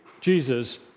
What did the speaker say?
Jesus